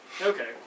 Okay